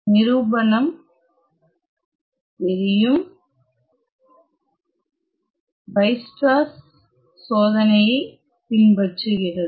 நிரூபணம் வெயிஸ்ட்ராஸ் சோதனையைப் பின்பற்றுகிறது